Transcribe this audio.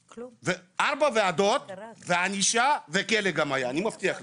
היו ארבע ועדות, ענישה וגם כלא, אני מבטיח לך.